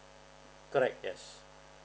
correct yes